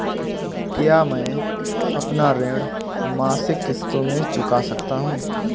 क्या मैं अपना ऋण मासिक किश्तों में चुका सकता हूँ?